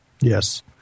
Yes